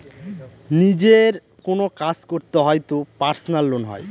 নিজের কোনো কাজ করতে হয় তো পার্সোনাল লোন হয়